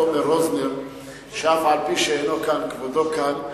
את תומר רוזנר, שאף-על-פי שאינו כאן כבודו כאן,